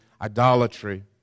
idolatry